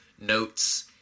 notes